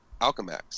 alchemax